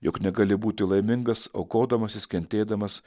jog negali būti laimingas aukodamasis kentėdamas